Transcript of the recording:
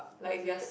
does it